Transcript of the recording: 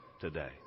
today